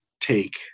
take